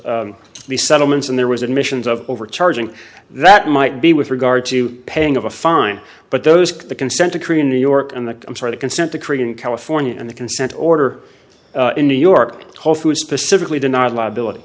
the settlements and there was admissions of overcharging that might be with regard to paying of a fine but those at the consent decree in new york and the i'm sorry the consent decree in california and the consent order in new york whole foods specifically denied liability